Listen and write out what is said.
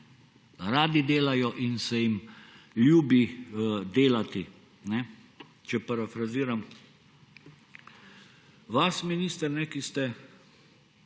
Radi delajo in se jim ljubi delati. Če parafraziram vas, minister, ki ste